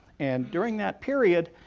and during that period,